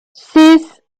six